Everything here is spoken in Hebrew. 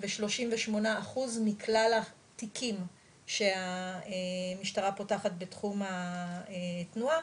ו-38% מכלל התיקים שהמשטרה פותחת בתחום התנועה.